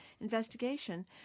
investigation